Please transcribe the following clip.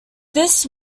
this